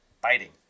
biting